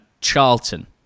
charlton